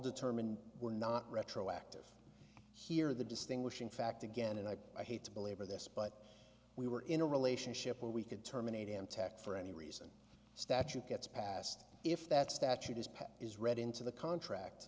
determined were not retroactive here the distinguishing fact again and i i hate to belabor this but we were in a relationship where we could terminate intact for any reason statute gets passed if that statute as pat is read into the contract